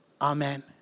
Amen